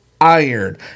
iron